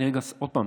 ועוד פעם,